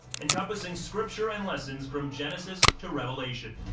encompassing scripture and lessons from genesis to revelation.